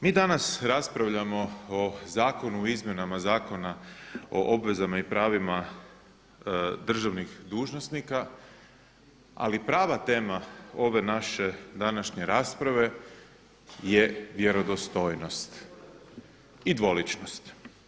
Mi danas raspravljamo o Zakonu o izmjenama Zakona o obvezama i pravima državnih dužnosnika, ali prava tema ove naše današnje rasprave je vjerodostojnost i dvoličnost.